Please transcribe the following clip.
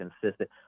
consistent